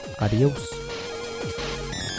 Adios